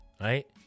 right